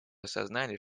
осознали